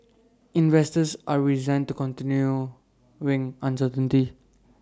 investors are resigned to continuing uncertainty